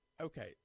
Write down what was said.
okay